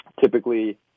typically